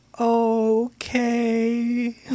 Okay